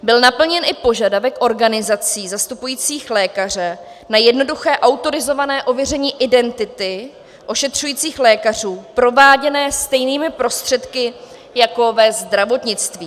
Byl naplněn i požadavek organizací zastupujících lékaře na jednoduché autorizované ověření identity ošetřujících lékařů, prováděné stejnými prostředky jako ve zdravotnictví.